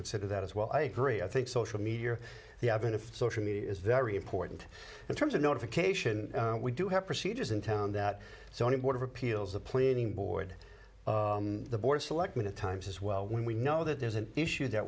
consider that as well i agree i think social media the advent of social media is very important in terms of notification we do have procedures in town that so any board of appeals the planning board the board selectman at times as well when we know that there's an issue that